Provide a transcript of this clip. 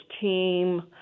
team